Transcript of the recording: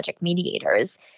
mediators